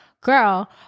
girl